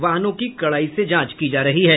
वाहनों की कड़ाई से जांच की जा रही है